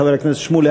חבר הכנסת שמולי,